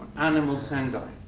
animal sendai.